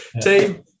Team